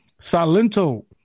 Salento